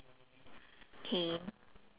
K